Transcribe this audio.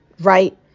Right